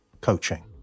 coaching